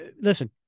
listen